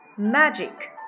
Magic